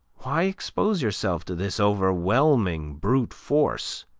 why expose yourself to this overwhelming brute force?